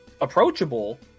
approachable